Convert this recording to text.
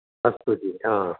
अस्तु जि हा